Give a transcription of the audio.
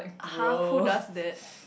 !huh! who does that